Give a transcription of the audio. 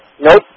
Nope